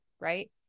right